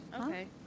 Okay